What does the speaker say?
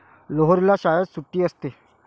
लोहरीला शाळेत सुट्टी असते